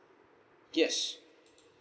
yes